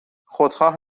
خودخواه